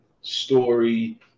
story